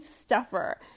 stuffer